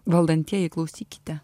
valdantieji klausykite